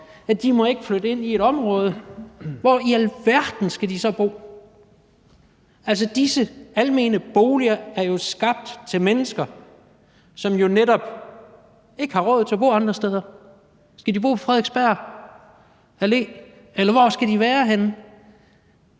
at de ikke må flytte ind i et område. Hvor i alverden skal de så bo? Disse almene boliger er jo skabt til mennesker, som netop ikke har råd til at bo andre steder. Skal de bo på Frederiksberg Allé? Eller hvor skal de være henne?